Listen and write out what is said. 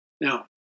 Now